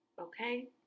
okay